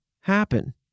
happen